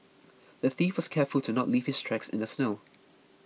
the thief was careful to not leave his tracks in the snow